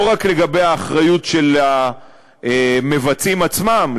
לא רק לגבי האחריות של המבצעים עצמם,